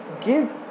give